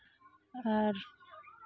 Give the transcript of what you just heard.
ᱟᱨ